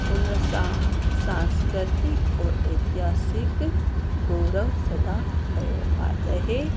उनसां सांस्कृतिक और एतिहासिक गौरव सदा ठहियो आ रहे